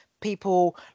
people